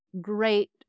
great